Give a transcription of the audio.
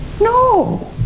No